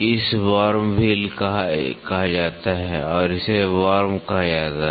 इसे worm wheel कहा जाता है और इसे वर्म कहा जाता है